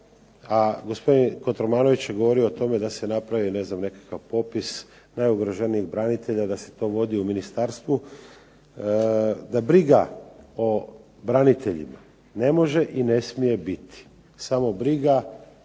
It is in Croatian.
a gospodin Kotromanović je govorio o tome da se napravi nekakav popis najugroženijih branitelja, da se to vodi u ministarstvu, da briga o braniteljima ne može i ne smije biti samo briga